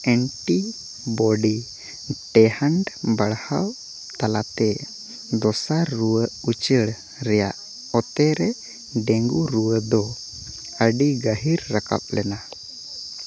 antibody ᱴᱮᱦᱟᱱᱰ ᱵᱟᱲᱦᱟᱣ ᱛᱟᱞᱟᱛᱮ ᱫᱚᱥᱟᱨ ᱨᱩᱣᱟᱹ ᱩᱪᱟᱹᱲ ᱨᱮᱭᱟᱜ ᱚᱠᱛᱮᱨᱮ ᱰᱮᱝᱜᱩ ᱨᱩᱣᱟᱹᱫᱚ ᱟᱹᱰᱤ ᱜᱟᱹᱦᱤᱨ ᱨᱟᱠᱟᱵ ᱞᱮᱱᱟ